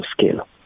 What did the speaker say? scale